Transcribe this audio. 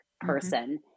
person